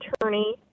attorney